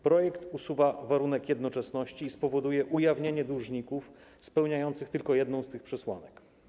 Projekt usuwa warunek jednoczesności i spowoduje ujawnienie dłużników spełniających tylko jedną z tych przesłanek.